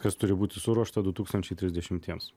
kas turi būti suruošta du tūkstančiai trisdešimtiems